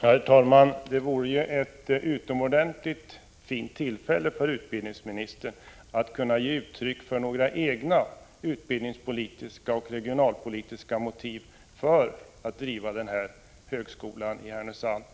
Herr talman! Detta vore ju ett utomordentligt tillfälle för utbildningsministern att ge uttryck för några egna utbildningspolitiska och regionalpolitiska motiv för att driva den här högskolan i Härnösand.